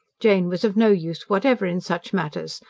jane was of no use whatever in such matters,